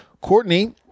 Courtney